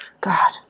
God